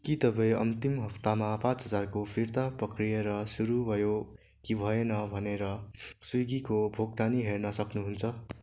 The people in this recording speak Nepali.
के तपाई अन्तिम हप्तामा पाँच हजारको फिर्ता प्रक्रिया सुरु भयो कि भएन भनेर स्विगीको भुक्तानी हेर्न सक्नुहुन्छ